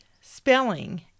spelling